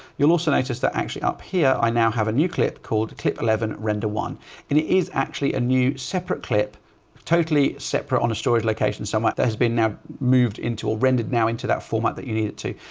you'll also notice that actually up here, i now have a nucleus called clip eleven render one, and it is actually a new separate clip totally separate on a storage location. so but that has been now moved into a rendered now into that format that you need it to.